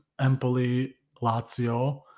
Empoli-Lazio